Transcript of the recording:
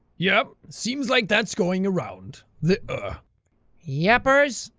yeah, seems like that's going around. the ah yeppers.